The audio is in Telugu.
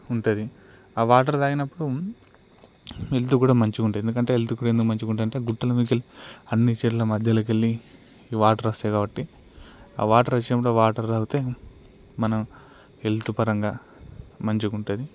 ఉంటుంది ఆ వాటర్ తాగినప్పుడు హెల్త్ కూడా మంచిగా ఉంటుంది ఎందుకంటే హెల్త్ పరంగా మంచిగా ఉంటుంది అంటే గుట్టల మీదకి వెళ్ళి అన్ని చెట్ల మధ్యలోకి వెళ్ళి ఈ వాటర్ వస్తాయి కాబట్టి ఆ వాటర్ వచ్చినప్పుడు వాటర్ తాగితే మనం హెల్త్ పరంగా మంచిగా ఉంటుంది